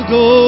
go